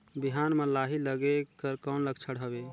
बिहान म लाही लगेक कर कौन लक्षण हवे?